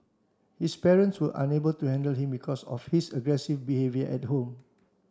his parents were unable to handle him because of his aggressive behaviour at home